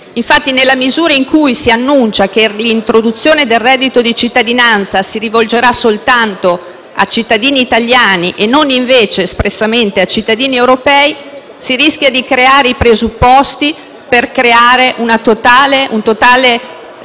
Infatti, nella misura in cui si annuncia che l'introduzione del reddito di cittadinanza riguarderà soltanto cittadini italiani e non invece espressamente cittadini europei si rischia di creare i presupposti per una totale mancanza